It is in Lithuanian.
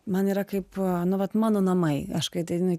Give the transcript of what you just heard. man yra kaip nu va mano namai aš kai ateinu į